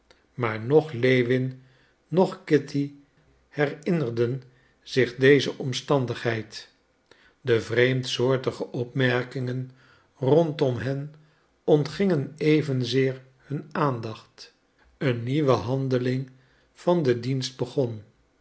maar noch lewin noch kitty herinnerden zich deze omstandigheid de vreemdsoortige opmerkingen rondom hen ontgingen evenzeer hun aandacht een nieuwe handeling van den dienst begon